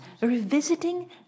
revisiting